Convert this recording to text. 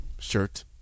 shirt